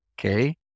okay